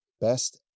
best